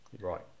Right